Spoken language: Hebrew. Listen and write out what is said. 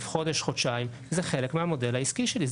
חודש חודשיים זה חלק מהמודל העסקי שלי,